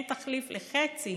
אין תחליף לחצי